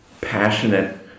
passionate